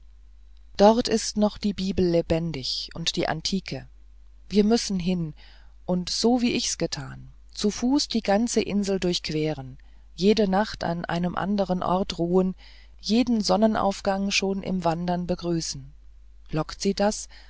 dort ist noch die bibel lebendig und die antike wir müssen hin und so wie ich's getan zu fuß die ganze insel durchqueren jede nacht an einem anderen ort ruhen jeden sonnenaufgang schon im wandern begrüßen lockt sie das